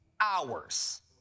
hours